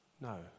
No